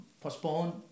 postponed